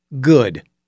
Good